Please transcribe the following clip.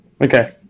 Okay